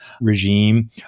regime